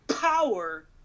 power